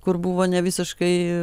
kur buvo nevisiškai